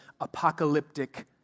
apocalyptic